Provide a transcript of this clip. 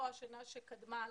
או השנה שקדמה לכן.